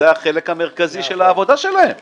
זה החלק המרכזי של העבודה של קרן הקיימת.